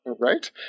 Right